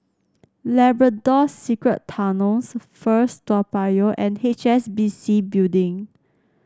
Labrador Secret Tunnels First Toa Payoh and H S B C Building